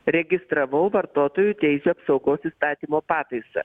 registravau vartotojų teisių apsaugos įstatymo pataisą